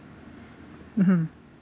mmhmm